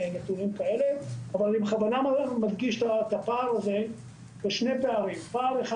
אני בכוונה מדגיש את שני הפערים האלה: אחד,